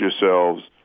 yourselves